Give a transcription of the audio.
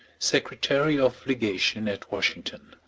secretary of legation at washington.